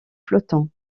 flottants